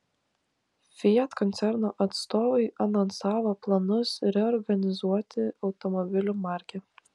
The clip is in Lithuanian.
fiat koncerno atstovai anonsavo planus reorganizuoti automobilių markę